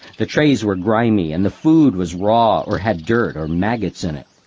the trays were grimy and the food was raw or had dirt or maggots in it.